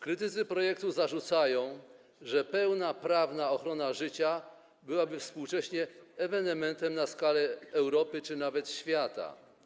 Krytycy projektu zarzucają, że pełna prawna ochrona życia byłaby współcześnie ewenementem na skalę Europy czy nawet świata.